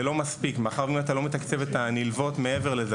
זה לא מספיק מאחר ואתה לא מתקצב את הנלוות מעבר לזה,